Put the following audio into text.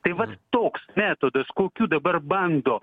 tai vat toks metodas kokiu dabar bando